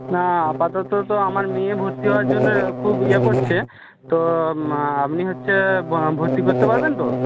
না আপাতত তো আমার মেয়ে ভর্তি হওয়ার জন্য খুব ইয়ে করছে তো আপনি হচ্ছে ভর্তি করতে পারবেন তো